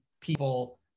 people